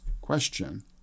question